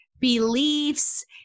beliefs